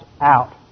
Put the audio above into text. out